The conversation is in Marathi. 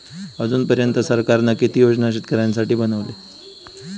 अजून पर्यंत सरकारान किती योजना शेतकऱ्यांसाठी बनवले?